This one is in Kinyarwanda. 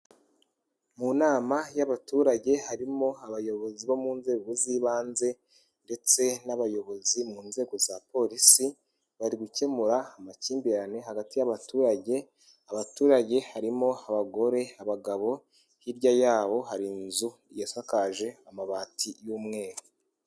Mu nama y'abaturage harimo abayobozi bo mu nzego z'ibanze ndetse n'abayobozi mu nzego za Polisi, bari gukemura amakimbirane hagati y'abaturage, abaturage harimo abagore, abagabo, hirya yabo hari inzu isakaje amabati y'umweru.